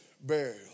burial